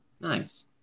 Nice